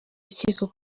urukiko